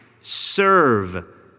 serve